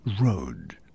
road